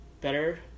better